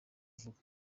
kuvuga